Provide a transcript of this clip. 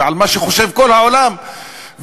ועל מה שכל העולם חושב,